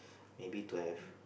maybe to have